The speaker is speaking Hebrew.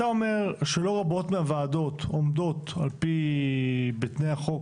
אתה אומר שלא רבות מהוועדות עומדות בתנאי החוק